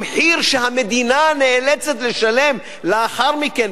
המחיר שהמדינה נאלצת לשלם לאחר מכן,